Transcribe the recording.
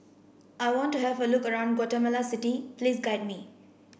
I want to have a look around Guatemala City please guide me